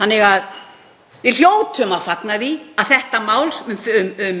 um hjálp. Við hljótum að fagna því að þetta mál, um